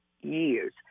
years